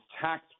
tax